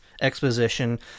exposition